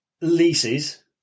Leases